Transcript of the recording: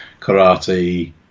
karate